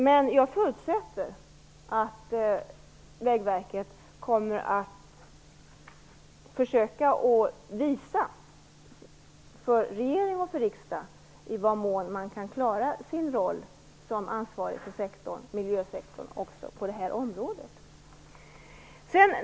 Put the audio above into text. Men jag förutsätter att Vägverket kommer att försöka visa för regering och riksdag att man kan klara sin roll som ansvarig för miljösektorn också på det här området.